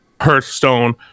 Hearthstone